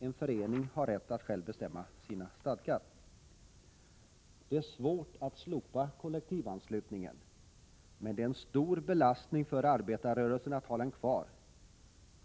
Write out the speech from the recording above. En förening har rätt att själv bestämma sina stadgar. Det är svårt att slopa kollektivanslutningen. Men det är en stor belastning för arbetarrörelsen att ha den kvar.